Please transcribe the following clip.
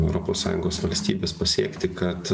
europos sąjungos valstybes pasiekti kad